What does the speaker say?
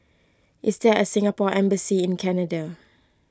is there a Singapore Embassy in Canada